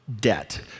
debt